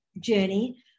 journey